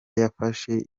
yafashe